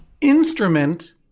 Instrument